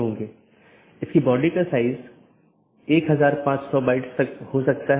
संदेश भेजे जाने के बाद BGP ट्रांसपोर्ट कनेक्शन बंद हो जाता है